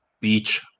beach